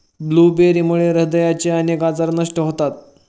ब्लूबेरीमुळे हृदयाचे अनेक आजार नष्ट होतात